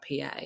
PA